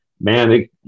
man